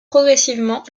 progressivement